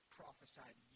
prophesied